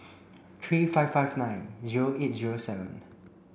three five five nine zero eight zero seven